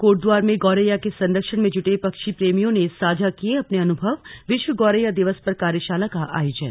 कोटद्वार में गौरैया के संरक्षण में जुटे पक्षी प्रेमियों ने साझा किये अपने अनुभव विश्व गौरैया दिवस पर कार्यशाला का आयोजन